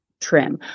trim